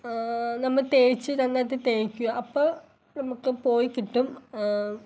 നമ്മൾ തേച്ച് തന്നത് തേക്കുക അപ്പം നമുക്ക് പോയിക്കിട്ടും